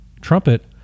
Trumpet